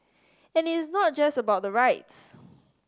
it is not just about the rights